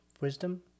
Wisdom